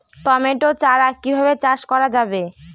Tomato চারা কিভাবে চাষ করা যাবে?